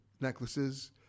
necklaces